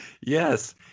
Yes